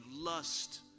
lust